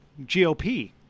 GOP